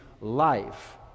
life